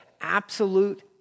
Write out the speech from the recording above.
absolute